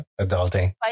Adulting